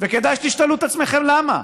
וכדאי שתשאלו את עצמכם למה.